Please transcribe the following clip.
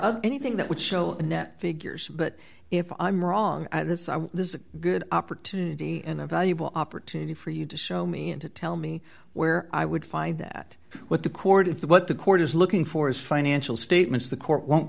of anything that would show net figures but if i'm wrong this is a good opportunity and a valuable opportunity for you to show me and to tell me where i would find that what the court if what the court is looking for is financial statements the court won't